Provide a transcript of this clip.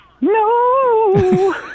No